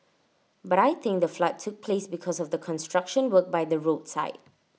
but I think the flood took place because of the construction work by the roadside